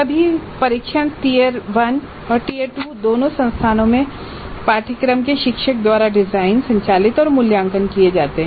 सभी परीक्षण टियर 1 और टियर 2 दोनों संस्थानों में पाठ्यक्रम के शिक्षक द्वारा डिज़ाइन संचालित और मूल्यांकन किए जाते हैं